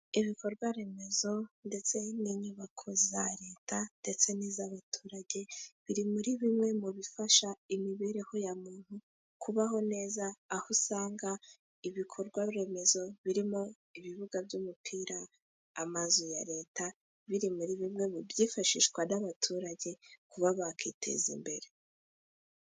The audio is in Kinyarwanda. Iikorwa remezo ndetse n'inyubako za Leta ndetse n'iz'abaturage , biri muri bimwe mu bifasha imibereho ya muntu kubaho neza , aho usanga ibikorwaremezo birimo ibibuga by'umupira , amazu ya Leta . Biri muri bimwe mu byifashishwa n'abaturage kuba bakwiteza imbere.